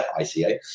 ICA